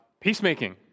peacemaking